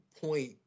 point